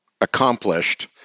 accomplished